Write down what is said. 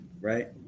Right